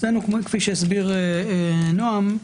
אצלנו כפי שהסביר נעם,